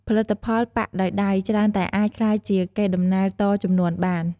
ផលិតផលប៉ាក់ដោយដៃច្រើនតែអាចក្លាយជាកេរដំណែលតជំនាន់បាន។